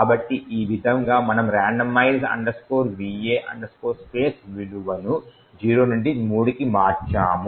కాబట్టి ఈ విధంగా మనము randomize va space విలువను 0 నుండి 3 కి మార్చాము